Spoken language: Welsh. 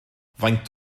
faint